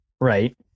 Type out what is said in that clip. Right